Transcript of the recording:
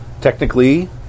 Technically